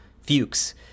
fuchs